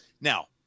Now